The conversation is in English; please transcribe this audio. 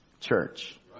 church